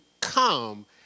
come